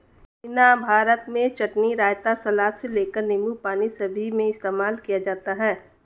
पुदीना भारत में चटनी, रायता, सलाद से लेकर नींबू पानी सभी में इस्तेमाल किया जाता है